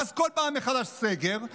ואז כל פעם מחדש סגר,